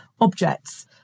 objects